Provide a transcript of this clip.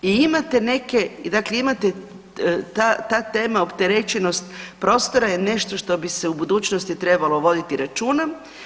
I imate neke i dakle imate, ta, ta tema opterećenost prostora je nešto što bi se u budućnosti trebalo voditi računa.